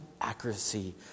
accuracy